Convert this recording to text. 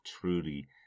truly